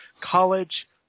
College